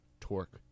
torque